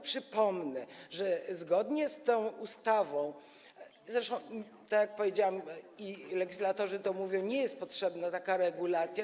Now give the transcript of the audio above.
Przypomnę tylko, że zgodnie z tą ustawą - zresztą, tak jak powiedziałam, i legislatorzy to mówią - nie jest potrzebna taka regulacja.